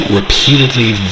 repeatedly